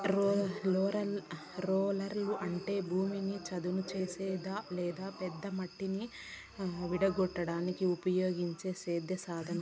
రోలర్లు అంటే భూమిని చదును చేసే లేదా పెద్ద మట్టిని విడగొట్టడానికి ఉపయోగించే సేద్య సాధనం